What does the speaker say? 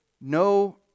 No